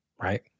Right